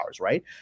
right